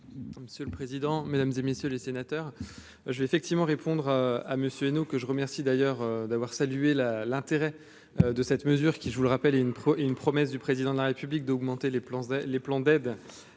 monsieur le président, Mesdames et messieurs les sénateurs. J'ai effectivement répondre à et nous, que je remercie d'ailleurs d'avoir salué la l'intérêt de cette mesure, qui je vous le rappelle, est une pro, une promesse du président de la République d'augmenter les. Les plans d'aide